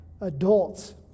Adults